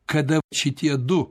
kada šitie du